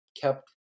kept